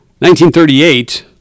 1938